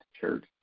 Church